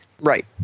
Right